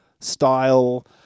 style